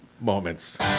moments